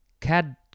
cad